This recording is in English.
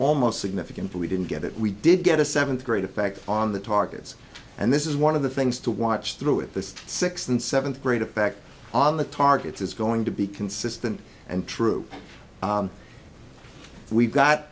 almost significant but we didn't get it we did get a seventh grade effect on the targets and this is one of the things to watch through it the sixth and seventh grade effect on the targets it's going to be consistent and troop we've got